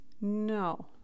no